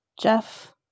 Jeff